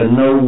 no